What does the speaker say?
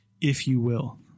if-you-will